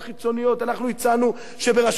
אנחנו הצענו שברשות השידור,